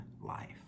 life